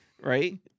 right